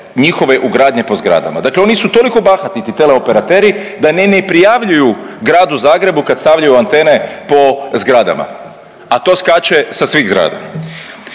njihove ugradnje po zgradama, dakle oni su toliko bahati ti teleoperateri da ni ne prijavljuju gradu Zagrebu kad stavljaju antene po zgradama, a to skače sa svih zgrada.